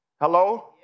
Hello